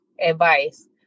advice